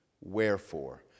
Wherefore